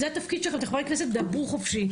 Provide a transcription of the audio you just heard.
זה התפקיד של חברי הכנסת דברו חופשי.